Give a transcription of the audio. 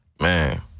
Man